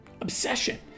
obsession